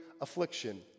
affliction